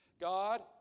God